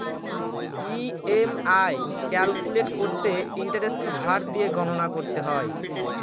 EMI calculate করতে ইন্টারেস্টের হার দিয়ে গণনা করতে হয়